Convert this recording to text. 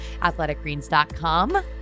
Athleticgreens.com